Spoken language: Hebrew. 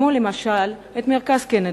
כמו למשל את "מרכז קנדה",